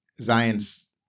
Zion's